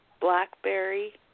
blackberry